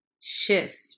shift